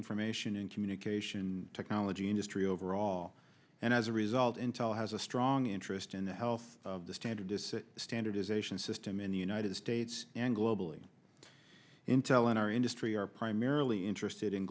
information and communication technology industry overall and as a result intel has a strong interest in the health of the standard standardization system in the united states and globally intel in our industry are primarily interested in